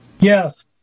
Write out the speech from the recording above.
Yes